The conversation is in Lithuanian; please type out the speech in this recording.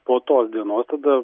po tos dienos tada